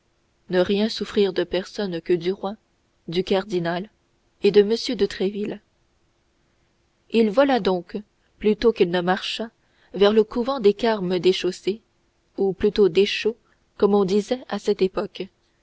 ne rien souffrir de personne que du roi du cardinal et de m de tréville il vola donc plutôt qu'il ne marcha vers le couvent des carmes déchaussés ou plutôt deschaux comme on disait à cette époque